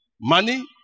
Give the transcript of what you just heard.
money